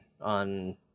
on